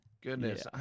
Goodness